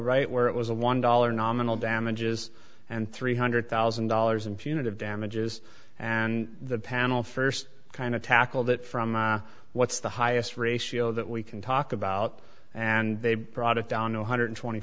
right where it was a one dollar nominal damages and three hundred thousand dollars in punitive damages and the panel first kind of tackled it from what's the highest ratio that we can talk about and they brought it down to one hundred twenty